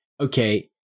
okay